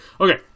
Okay